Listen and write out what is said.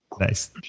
Nice